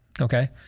Okay